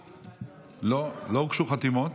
לא, לא הוגשו חתימות.